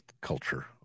culture